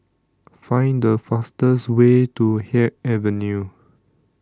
Find The fastest Way to Haig Avenue